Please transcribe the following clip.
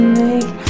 make